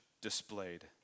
displayed